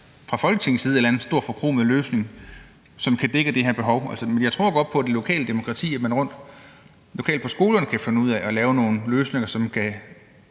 fra Folketingets side skal lave en eller anden stor, forkromet løsning, som kan dække det her behov. Men jeg tror på det lokale demokrati, altså at man lokalt på skolerne kan finde ud af at lave nogle løsninger, som kan